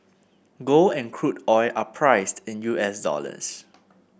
gold and crude oil are priced in U S dollars